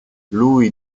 lui